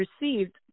received